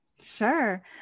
Sure